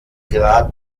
grad